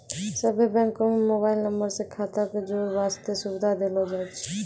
सभ्भे बैंको म मोबाइल नम्बर से खाता क जोड़ै बास्ते सुविधा देलो जाय छै